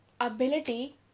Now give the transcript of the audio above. ability